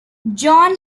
john